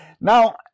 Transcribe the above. Now